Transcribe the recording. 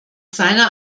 seiner